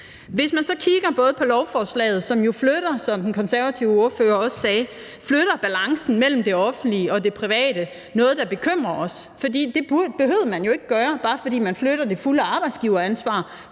Hvis man så kigger på lovforslaget, så flytter det, som den konservative ordfører også sagde, balancen mellem det offentlige og det private. Det er noget, der bekymrer os, for det behøver man jo ikke at gøre, bare fordi man flytter det fulde arbejdsgiveransvar